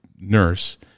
nurse